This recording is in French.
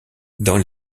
dans